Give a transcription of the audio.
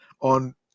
on